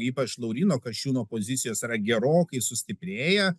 ypač lauryno kasčiūno pozicijos yra gerokai sustiprėję